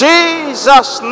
Jesus